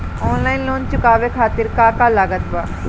Online loan चुकावे खातिर का का लागत बा?